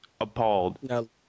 appalled